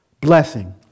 Blessing